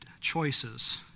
choices